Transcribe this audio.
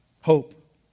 Hope